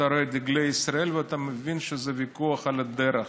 אתה רואה את דגלי ישראל ואתה מבין שזה ויכוח על הדרך.